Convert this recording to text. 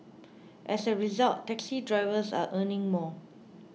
as a result taxi drivers are earning more